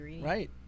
Right